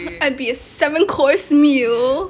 I'd be a seven course meal